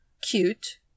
cute